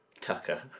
Tucker